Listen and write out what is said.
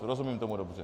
Rozumím tomu dobře?